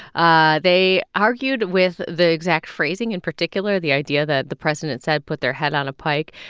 ah they argued with the exact phrasing in particular, the idea that the president said put their head on a pike.